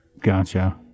gotcha